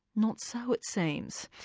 not so it seems.